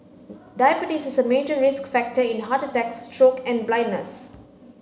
diabetes is a major risk factor in heart attacks stroke and blindness